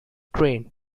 train